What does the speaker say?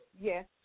Yes